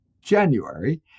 January